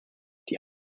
die